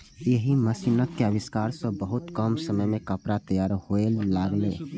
एहि मशीनक आविष्कार सं बहुत कम समय मे कपड़ा तैयार हुअय लागलै